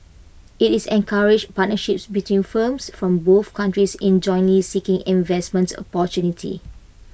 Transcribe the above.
IT is encourages partnerships between firms from both countries in jointly seeking investment opportunities